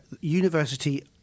university